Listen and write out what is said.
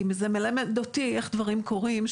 כי זה מלמד אותי איך דברים קורים,